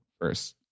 first